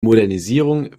modernisierung